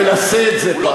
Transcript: תנסה את זה פעם.